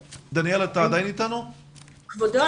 כבודו,